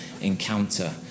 encounter